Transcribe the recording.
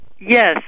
Yes